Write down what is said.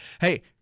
Hey